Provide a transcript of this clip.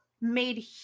made